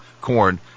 corn